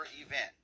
event